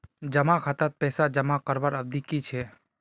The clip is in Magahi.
जमा खातात पैसा जमा करवार अवधि की छे?